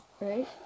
Right